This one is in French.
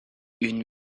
une